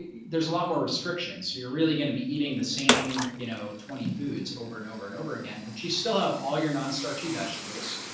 yeah there's a lot more restriction. so you're really going to be eating the same, you know, twenty foods over and over and over again, but you still have all your non starchy vegetables,